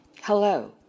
Hello